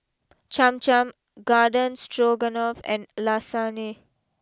Cham Cham Garden Stroganoff and Lasagne